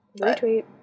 Retweet